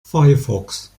firefox